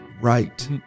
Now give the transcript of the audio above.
Right